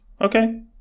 okay